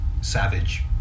savage